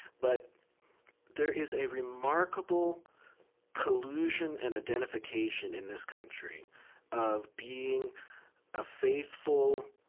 but there is a remarkable collusion and identification in this country of being a faithful,